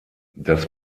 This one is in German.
das